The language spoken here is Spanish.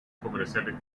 comerciales